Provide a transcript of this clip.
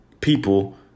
people